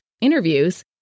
interviews